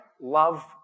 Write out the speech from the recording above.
love